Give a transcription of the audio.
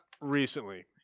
recently